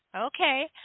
Okay